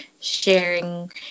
sharing